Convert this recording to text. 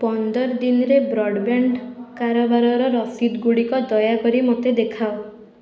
ପନ୍ଦର ଦିନରେ ବ୍ରଡ଼୍ବ୍ୟାଣ୍ଡ୍ କାରବାରର ରସିଦ ଗୁଡ଼ିକ ଦୟାକରି ମୋତେ ଦେଖାଅ